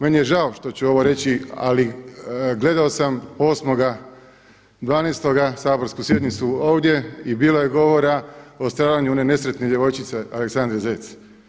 Meni je žao što ću ovo reći ali gledao sam 8.12. saborsku sjednicu ovdje i bilo je govora o stradanju one nesretne djevojčice Aleksandre Zec.